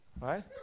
Right